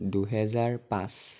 দুহেজাৰ পাঁচ